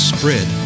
Spread